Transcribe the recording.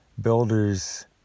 builders